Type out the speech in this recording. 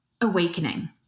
awakening